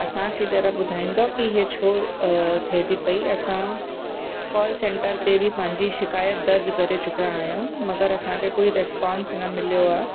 असांखे जरा ॿुधाईंदव की हीअ छो थिए थी पई असां कॉल सेंटर ते बि पंहिंजी शिकायतु दर्ज करे चुका आहियूं मगरि असांखे कोई रिस्पांस न मिलियो आहे